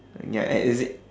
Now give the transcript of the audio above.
ya I is it